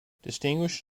distinguished